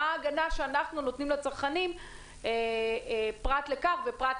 מה הגנה שאנחנו נותנים לצרכנים פרט לכך ופרט